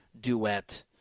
duet